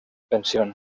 pensión